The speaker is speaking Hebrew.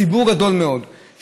ציבור גדול מאוד,